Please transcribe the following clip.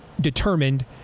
determined